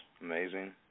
amazing